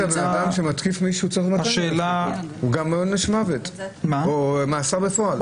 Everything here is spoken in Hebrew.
גם עונש מוות או מאסר בפועל.